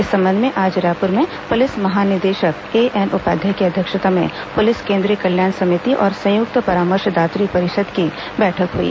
इस संबंध में आज रायपुर में पुलिस महानिदेशक एएन उपाध्याय की अध्यक्षता में पुलिस केंद्रीय कल्याण समिति और संयुक्त परामर्शदात्री परिषद की बैठक हई